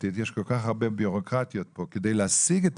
המשפטית יש כאן כל כך הרבה בירוקרטיות כדי להשיג את